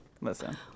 Listen